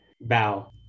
bow